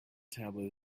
tablet